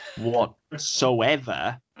whatsoever